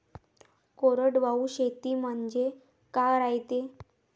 कोरडवाहू शेती म्हनजे का रायते?